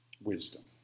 wisdom